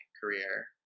career